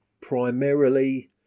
Primarily